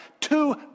Two